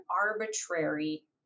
arbitrary